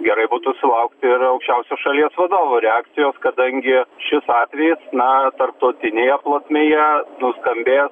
gerai būtų sulaukti ir aukščiausios šalies vadovo reakcijos kadangi šis atvejis na tarptautinėje plotmėje nuskambės